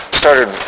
started